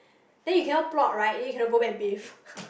then you cannot plot right then you cannot go back and bathe